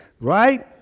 right